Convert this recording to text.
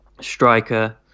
Striker